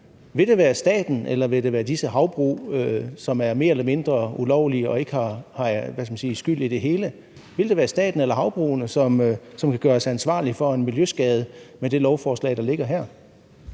vil det være disse havbrug, som er mere eller mindre ulovlige og ikke har skyld i det hele, som kan gøres ansvarlige for en miljøskade med det lovforslag, der ligger her?